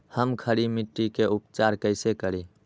हम खड़ी मिट्टी के उपचार कईसे करी?